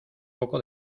poco